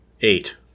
eight